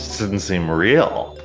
so didn't seem real.